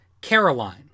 Caroline